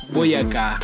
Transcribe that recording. Boyaka